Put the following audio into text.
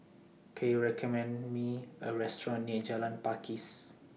Can YOU recommend Me A Restaurant near Jalan Pakis